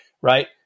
right